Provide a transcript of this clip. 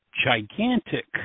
gigantic